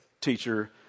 teacher